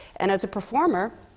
and as a performer,